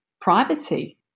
privacy